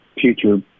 future